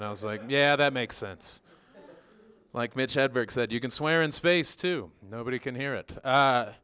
and i was like yeah that makes sense like mitch hedberg said you can swear in space too nobody can hear it